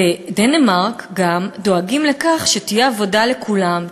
בדנמרק גם דואגים לכך שתהיה עבודה לכולם,